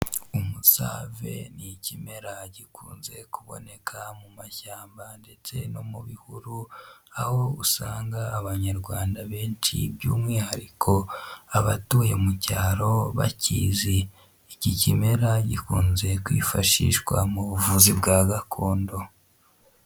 Umusave ni ikimera gikunze kuboneka mu mashyamba ndetse no mu bihuru, aho usanga abanyarwanda benshi by'umwihariko abatuye mu cyaro bakizi. Iki kimera gikunze kwifashishwa mu buvuzi bwa gakondo.